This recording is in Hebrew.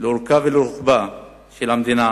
לאורכה ולרוחבה של המדינה